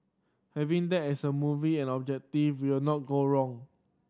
having that as a movie and objective we'll not go wrong